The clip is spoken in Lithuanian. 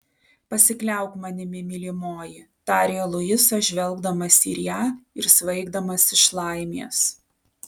pasikliauk manimi mylimoji tarė luisas žvelgdamas į ją ir svaigdamas iš laimės